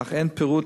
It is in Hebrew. אך אין פירוט,